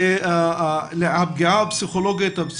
הפגיעה הפסיכולוגית, הפסיכיאטרית,